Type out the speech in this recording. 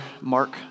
Mark